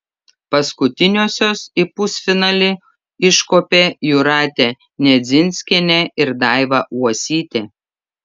paskutiniosios į pusfinalį iškopė jūratė nedzinskienė ir daiva uosytė